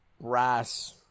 brass